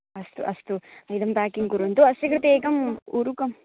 अस्तु अस्तु इदं पेकिङ्ग् कुर्वन्तु अस्य कृते एकं ऊरुकं